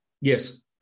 Yes